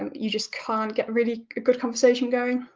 um you just can't get really a good conversation going.